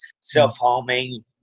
self-harming